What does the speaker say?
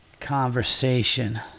conversation